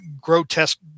grotesque